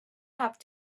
have